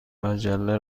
مجله